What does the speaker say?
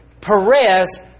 Perez